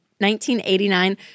1989